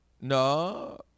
No